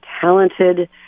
talented